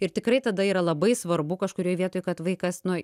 ir tikrai tada yra labai svarbu kažkurioj vietoj kad vaikas nu